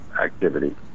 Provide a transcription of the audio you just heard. activity